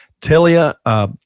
Talia